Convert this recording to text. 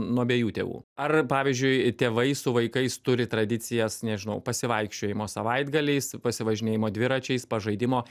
nuo abiejų tėvų ar pavyzdžiui tėvai su vaikais turi tradicijas nežinau pasivaikščiojimo savaitgaliais pasivažinėjimo dviračiais pažaidimo